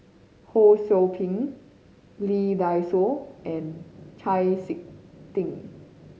Ho Sou Ping Lee Dai Soh and Chau Sik Ting